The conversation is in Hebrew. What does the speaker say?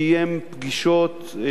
קיים פגישות,